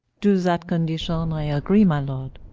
to that condition i agree, my lord,